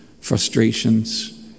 frustrations